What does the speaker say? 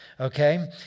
Okay